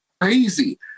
crazy